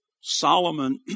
Solomon